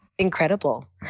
incredible